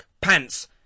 Pants